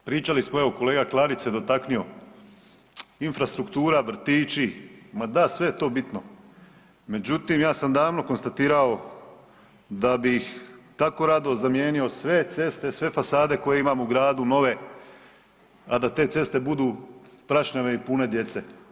Pričali smo evo kolega Klarić se dotaknuo infrastruktura, vrtići, ma da sve je to bitno, međutim ja sam davno konstatirao da bi tako rado zamijenio sve ceste, sve fasade koje imamo u gradu nove, a da te ceste budu prašnjave i pune djece.